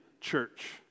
church